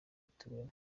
ituwemo